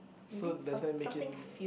so does that make it uh